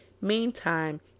Meantime